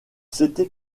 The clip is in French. s’était